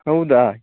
ಹೌದಾ